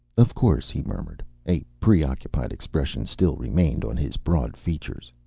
of course, he murmured. a preoccupied expression still remained on his broad features.